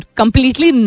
completely